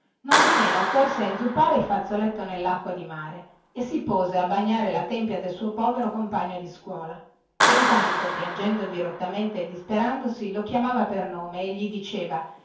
vivo nondimeno corse a inzuppare il suo fazzoletto nellacqua del mare e si pose a bagnare la tempia del suo povero compagno di scuola e intanto piangendo dirottamente e disperandosi lo chiamava per nome e gli diceva